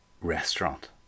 restaurant